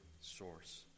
source